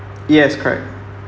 yes correct